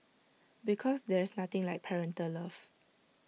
because there's nothing like parental love